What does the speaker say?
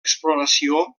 exploració